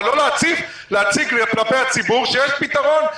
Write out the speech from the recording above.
אבל לא להציג כלפי הציבור שיש פתרון,